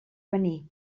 venir